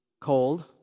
cold